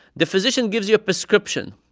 the physician gives you a prescription.